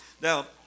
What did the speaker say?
Now